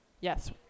Yes